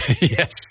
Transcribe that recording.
Yes